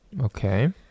Okay